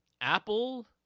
Apple